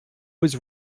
was